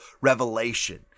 revelation